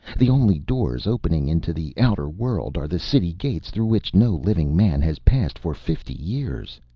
the only doors opening into the outer world are the city gates, through which no living man has passed for fifty years.